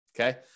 Okay